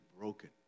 broken